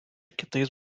kitais